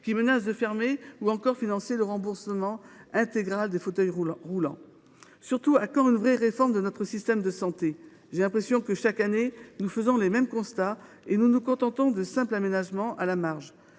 et menacent de fermer, ou encore pour financer le remboursement intégral des fauteuils roulants. Surtout, à quand une véritable réforme de notre système de santé ? J’ai l’impression que, chaque année, nous faisons les mêmes constats et nous contentons de simples aménagements à la marge…